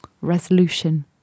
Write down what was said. resolution